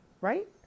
right